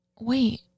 wait